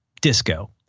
disco